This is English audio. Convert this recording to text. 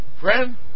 Friend